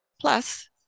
Plus